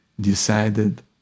decided